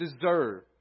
deserve